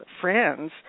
friends